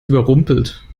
überrumpelt